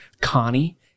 Connie